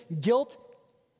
guilt